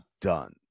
done